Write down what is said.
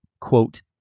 quote